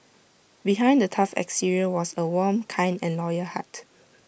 behind the tough exterior was A warm kind and loyal heart